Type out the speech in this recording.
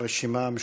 מהרשימה המשותפת.